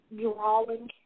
drawing